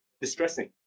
distressing